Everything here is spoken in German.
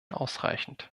ausreichend